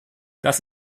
das